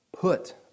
put